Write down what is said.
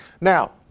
Now